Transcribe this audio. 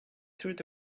through